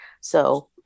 So-